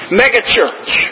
megachurch